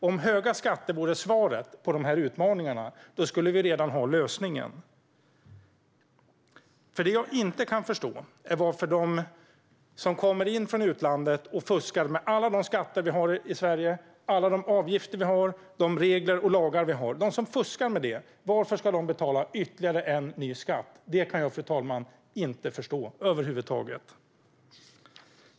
Om höga skatter vore svaret på de här utmaningarna skulle vi redan ha lösningen. Det jag inte kan förstå är varför de som kommer in från utlandet och fuskar med alla de skatter, avgifter, regler och lagar vi har i Sverige skulle betala ytterligare en ny skatt. Detta kan jag, fru talman, inte förstå över huvud taget.